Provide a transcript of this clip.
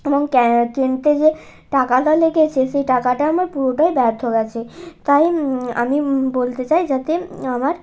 এবং কিনতে যে টাকাটা লেগেছে সেই টাকাটা আমার পুরোটাই ব্যর্থ গিয়েছে তাই আমি বলতে চাই যাতে আমার